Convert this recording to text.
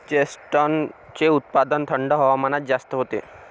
चेस्टनटचे उत्पादन थंड हवामानात जास्त होते